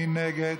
מי נגד?